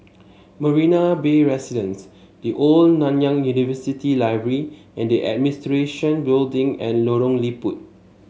Marina Bay Residences The Old Nanyang University Library and Administration Building and Lorong Liput